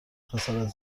خسارت